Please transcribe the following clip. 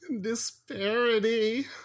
disparity